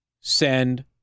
send